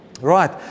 Right